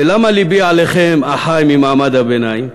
ולמה לבי עליכם, אחי ממעמד הביניים?